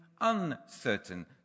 uncertain